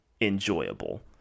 enjoyable